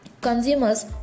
consumers